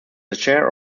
chair